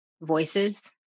voices